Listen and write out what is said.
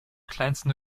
kleinsten